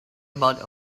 about